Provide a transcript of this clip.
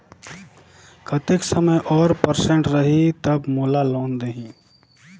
कतेक समय और परसेंट रही तब मोला लोन देही?